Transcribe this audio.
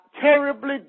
terribly